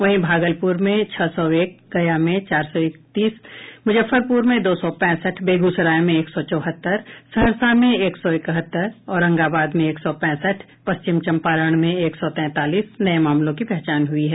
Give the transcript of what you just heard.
वहीं भागलपुर में छह सौ एक गया में चार सौ इकतीस मुजफ्फरपुर में दो सौ पैंसठ बेगूसराय में एक सौ चौहत्तर सहरसा में एक सौ इकहत्त्र औरंगाबद में एक सौ पैंसठ पश्चिमी चंपारण में एक सौ तैंतालीस नये मामलों की पहचान हुई है